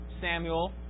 Samuel